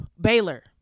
Baylor